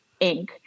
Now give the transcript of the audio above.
Inc